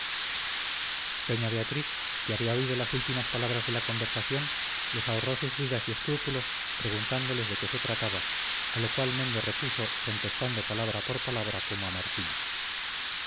doña beatriz que había oído las últimas palabras de la conversación les ahorró sus dudas y escrúpulos preguntándoles de qué se trataba a lo cual mendo repuso contestando palabra por palabra como a martina